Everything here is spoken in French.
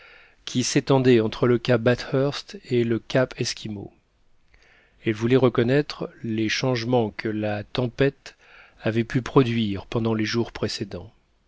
qui s'étendait entre le cap bathurst et le cap esquimau elle voulait reconnaître les changements que la tempête avait pu produire pendant les jours précédents